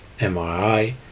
MRI